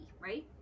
right